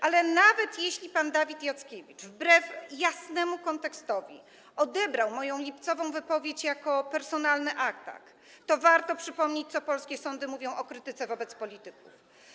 Ale nawet jeśli pan Dawid Jackiewicz, wbrew jasnemu kontekstowi, odebrał moją lipcową wypowiedź jako atak personalny, to warto przypomnieć, co polskie sądy mówią o krytyce wobec polityków.